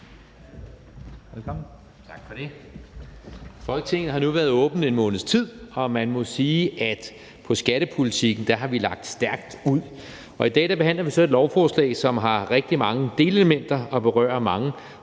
Folketinget har nu været åbent en måneds tid, og man må sige, at på skattepolitikken har vi lagt stærkt ud. I dag behandler vi så et lovforslag, som har rigtig mange delelementer og berører mange